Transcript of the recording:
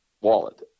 wallet